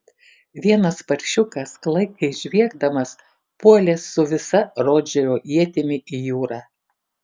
vienas paršiukas klaikiai žviegdamas puolė su visa rodžerio ietimi į jūrą